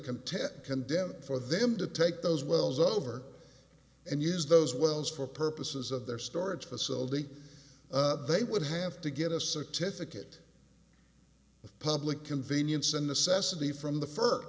contend condemned for them to take those wells over and use those wells for purposes of their storage facility they would have to get a certificate of public convenience and necessity from the fir